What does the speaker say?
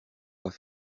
pas